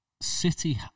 City